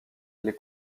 les